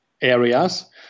areas